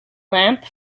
lamp